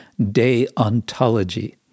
deontology